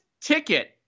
ticket